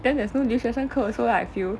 then there's no 留学生课 also lah I feel